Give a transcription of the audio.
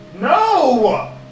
No